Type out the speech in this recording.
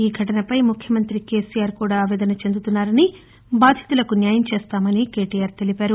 ఈ ఘటనపై ముఖ్యమంతి కేసీఆర్ కూడా ఆవేదన చెందుతున్నారని బాధితులకు న్యాయం చేస్తామని కేటీఆర్ తెలిపారు